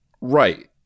right